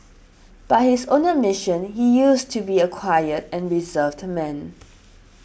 by his own admission he used to be a quiet and reserved man